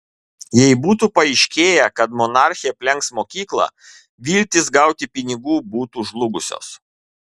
jei būtų paaiškėję kad monarchė aplenks mokyklą viltys gauti pinigų būtų žlugusios